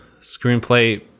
screenplay